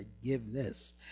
forgiveness